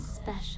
special